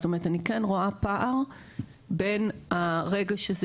זאת אומרת אני כן רואה פער בין הרגע שזה